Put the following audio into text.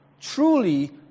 truly